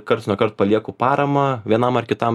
karts nuo kart palieku paramą vienam ar kitam